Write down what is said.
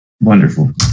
Wonderful